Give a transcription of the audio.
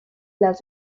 las